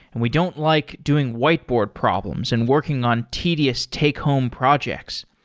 and we don't like doing whiteboard problems and working on tedious take home projects.